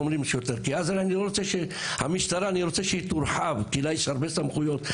אנחנו רוצים שהמשטרה תורחב כי יש לה הרבה סמכויות,